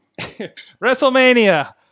WrestleMania